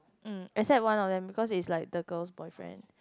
mm except one of them because he's like the girl's boyfriend